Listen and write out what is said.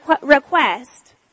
request